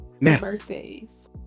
birthdays